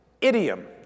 Idiom